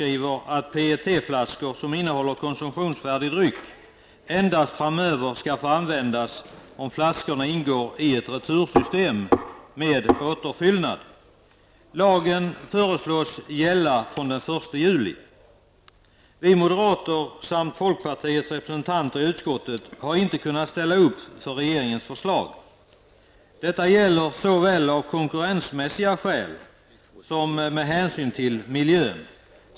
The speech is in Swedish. I jordbruksutskottets betänkande Vi moderater och folkpartiets representanter i utskottet har inte kunnat ställa upp för regeringens förslag, detta såväl av konkurrensmässiga skäl som med hänsyn till miljön.